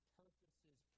purposes